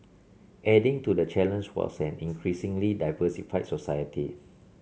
adding to the challenge was an increasingly diversified society